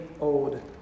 old